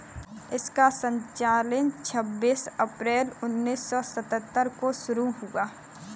इसका संचालन छब्बीस अप्रैल उन्नीस सौ सत्तर को शुरू हुआ